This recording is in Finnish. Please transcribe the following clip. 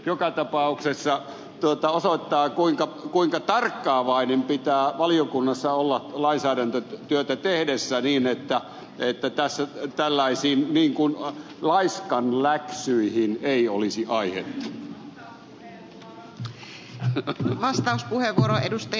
joka tapauksessa tämä osoittaa kuinka tarkkaavainen pitää valiokunnassa olla lainsäädäntötyötä tehdessä niin että tällaisiin laiskanläksyihin ei olisi aihetta